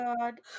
god